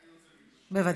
בוודאי.